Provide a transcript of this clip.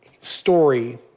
story